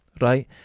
Right